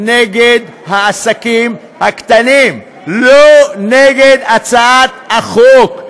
נגד העסקים הקטנים, לא נגד הצעת החוק.